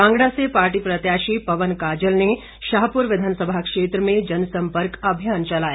कांगड़ा से पार्टी प्रत्याशी पवन काजल ने शाहपुर विधानसभा क्षेत्र में जनसंपर्क अभियान चलाया